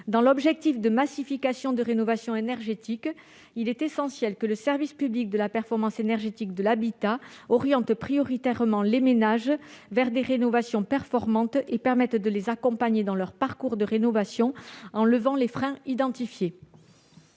Dans l'objectif de massification des rénovations énergétiques, il est essentiel que le service public de la performance énergétique de l'habitat oriente prioritairement les ménages vers des rénovations performantes et les accompagne dans leur parcours de rénovation, en levant les freins identifiés.